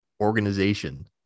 organization